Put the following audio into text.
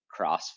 CrossFit